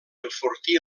enfortir